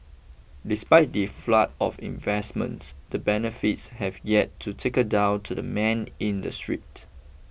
despite the flood of investments the benefits have yet to trickle down to the man in the street